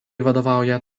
vadovauja